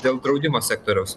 dėl draudimo sektoriaus